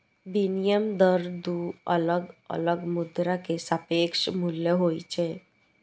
विनिमय दर दू अलग अलग मुद्रा के सापेक्ष मूल्य होइ छै